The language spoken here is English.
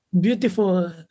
beautiful